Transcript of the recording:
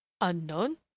Unknown